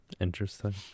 Interesting